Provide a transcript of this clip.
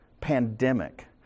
pandemic